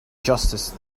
justice